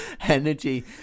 energy